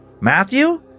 Matthew